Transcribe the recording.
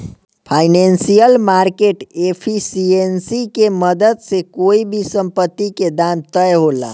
financial market efficiency के मदद से कोई भी संपत्ति के दाम तय होला